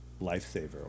lifesaver